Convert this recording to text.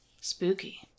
Spooky